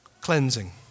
Cleansing